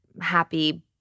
happy